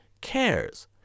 cares